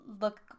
look